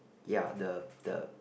ya the the